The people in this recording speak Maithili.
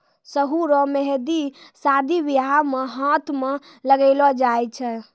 सरु रो मेंहदी शादी बियाह मे हाथ मे लगैलो जाय छै